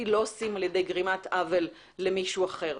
לא עושים על ידי גרימת עוול למישהו אחר.